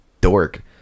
dork